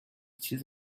چیز